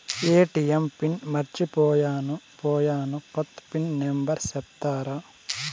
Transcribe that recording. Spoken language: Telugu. ఎ.టి.ఎం పిన్ మర్చిపోయాను పోయాను, కొత్త పిన్ నెంబర్ సెప్తారా?